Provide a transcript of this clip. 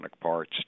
parts